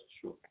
sure